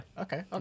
Okay